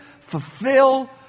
fulfill